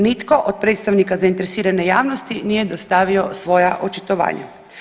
Nitko od predstavnika zainteresirane javnosti nije dostavio svoja očitovanja.